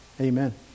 amen